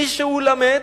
"מי שהוא למד